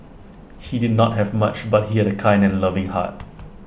he did not have much but he had A kind and loving heart